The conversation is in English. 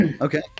Okay